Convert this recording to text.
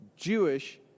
Jewish